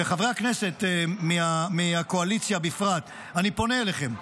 וחברי הכנסת מהקואליציה בפרט, אני פונה אליכם.